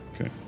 Okay